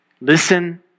listen